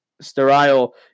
sterile